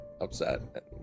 upset